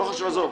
לא חשוב, עזוב.